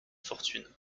fortune